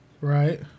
Right